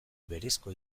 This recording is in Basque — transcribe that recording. berezko